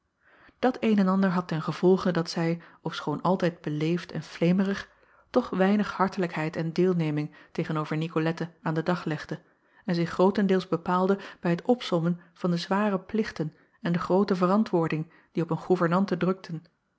at een en ander had ten gevolge dat zij ofschoon altijd beleefd en fleemerig toch weinig hartelijkheid en deelneming tegen-over icolette aan den dag legde en zich grootendeels bepaalde bij t opsommen van de zware plichten en de groote verantwoording die op een goevernante drukten